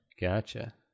Gotcha